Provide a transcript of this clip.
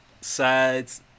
sides